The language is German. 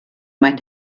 mein